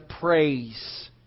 praise